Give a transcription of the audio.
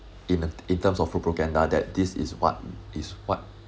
in uh in terms of propaganda that this is what is what